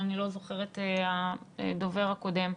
הדובר הקודם.